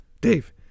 Dave